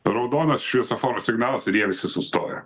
raudonas šviesoforo signalas ir jie visi sustoja